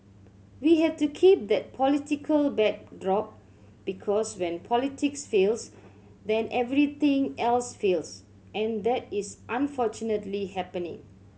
we have to keep that political backdrop because when politics fails then everything else fails and that is unfortunately happening